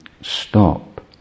stop